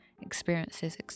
experiences